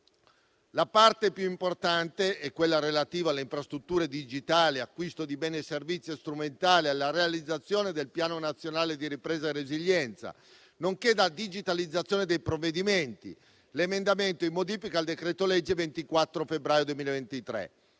La parte più importante è quella relativa alle infrastrutture digitali, l’acquisto di beni e servizi strumentale alla realizzazione del Piano nazionale di ripresa e resilienza, nonché la digitalizzazione dei provvedimenti. A tal proposito, ricordo l’emendamento in modifica al decreto-legge del 24 febbraio 2023,